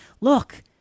look